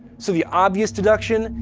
so the obvious deduction,